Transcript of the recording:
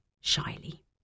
shyly